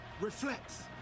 reflects